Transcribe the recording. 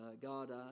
God